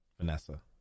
Vanessa